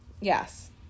Yes